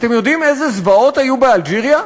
אתם יודעים איזה זוועות היו באלג'יריה,